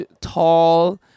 Tall